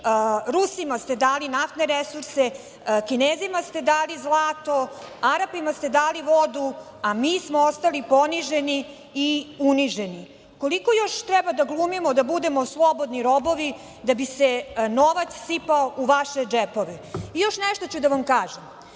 Rusima ste dali naftne resurse, Kinezima ste dali zlato, Arapima ste dali vodu, a mi smo ostali poniženi i uniženi. Koliko još treba da glumimo da budemo slobodni robovi da bi se novac sipao u vaše džepove. Još nešto ću da vam kažem,